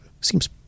seems